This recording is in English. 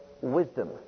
wisdom